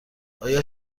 آیا